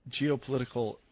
geopolitical